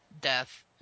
death